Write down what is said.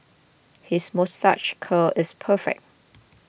his moustache curl is perfect